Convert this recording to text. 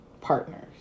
partners